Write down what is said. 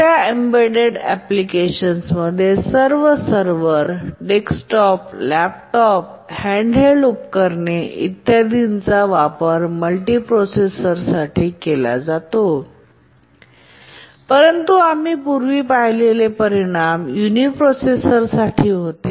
छोट्या embedded application मध्ये सर्व सर्व्हर डेस्कटॉप लॅपटॉप हँडहेल्ड उपकरणे इत्यादींचा वापर मल्टीप्रोसेसर वापरला जातो परंतु आम्ही पूर्वी पाहिलेले परिणाम युनि प्रोसेसर साठी होते